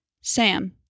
Sam